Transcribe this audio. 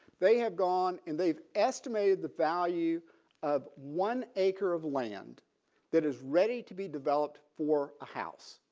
they have gone and they've estimated the value of one acre of land that is ready to be developed for a house.